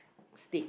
steak